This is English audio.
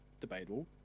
Debatable